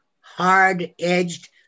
hard-edged